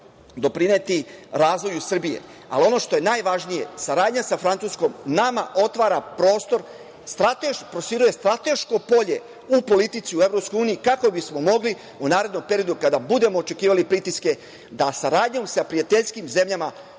doprineti razvoju Srbije. Ono što je najvažnije, saradnja sa Francuskom nama otvara prostor, proširuje strateško polje u politici u EU kako bismo mogli u narednom periodu kada budemo očekivali pritiske da saradnjom sa prijateljskim zemljama u meri